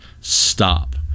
stop